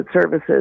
services